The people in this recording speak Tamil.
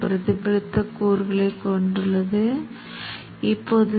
எனவே இந்த இரண்டு கூறுகளும் சேர்ந்து சுவிட்ச் மின்னோட்டத்தை உருவாக்குகின்றன